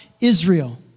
Israel